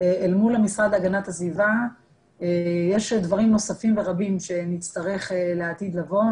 אל מול המשרד להגנת הסביבה יש דברים נוספים ורבים שנצטרך לעתיד לבוא,